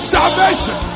Salvation